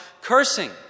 cursing